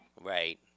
Right